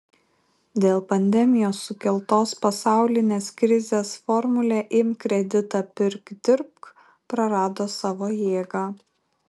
dėl pandemijos sukeltos pasaulinės krizės formulė imk kreditą pirk dirbk prarado savo jėgą